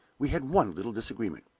we had one little disagreement,